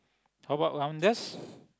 how about rounders